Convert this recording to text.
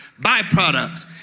Byproducts